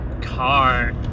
car